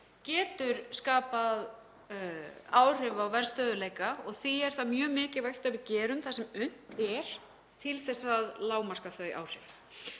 getur skapað áhrif á verðstöðugleika og því er mjög mikilvægt að við gerum það sem unnt er til að lágmarka þau áhrif.